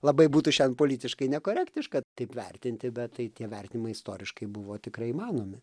labai būtų šiandien politiškai nekorektiška taip vertinti bet tai tie vertinimai istoriškai buvo tikrai įmanomi